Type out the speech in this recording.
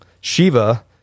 shiva